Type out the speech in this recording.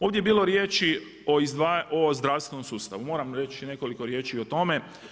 Ovdje je bilo riječi o zdravstvenom sustavu, moram reći nekoliko riječi i o tome.